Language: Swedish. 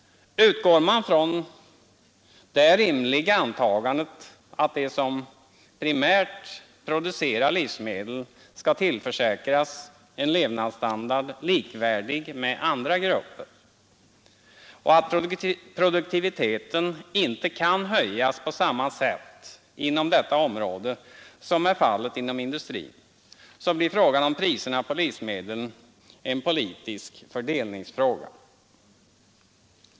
Utgår man från det rimliga antagandet att de som primärt producerar livsmedel skall tillförsäkras en levnadsstandard likvärdig med andra gruppers och att produktiviteten inte kan höjas på samma sätt inom detta område som är fallet inom industrin, så blir frågan om priserna på livsmedel en politisk fördelningsfråga.